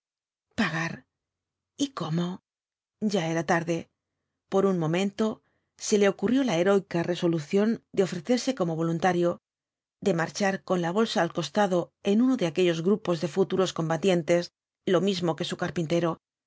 pagar y cómo ya era tarde por un momento se le ocurrió la heroica resolución de ofrecerse como voluntario de marchar con la bolsa al costado en uno de aquellos grupos de futuros combatientes lo mismo que su carpintero